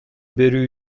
берүү